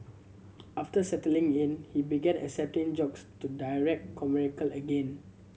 after settling in he began accepting jobs to direct commercial again